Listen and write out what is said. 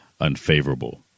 unfavorable